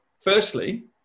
firstly